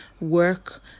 work